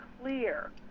clear